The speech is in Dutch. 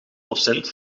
procent